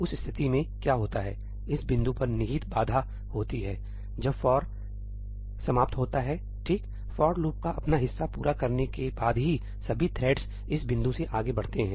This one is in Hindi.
उस स्थिति में क्या होता है इस बिंदु पर निहित बाधा होती है जबफॉर 'for' समाप्त होता है ठीक फॉर लूप का अपना हिस्सा पूरा करने के बाद ही सभी थ्रेड्स इस बिंदु से आगे बढ़ते हैं